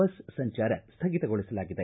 bus ಸಂಚಾರ ಸ್ವಗಿತಗೊಳಿಸಲಾಗಿದೆ